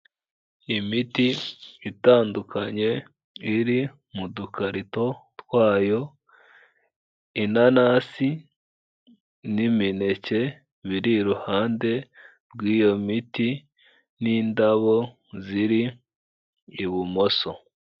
Imiti itandukanye, iri mu dukarito twayo, inanasi n'imineke biri iruhande rw'iyo miti n'indabo ziri ibumoso.